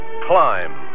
Climb